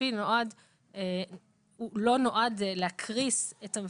הכספי לא נועד להקריס את המפוקח,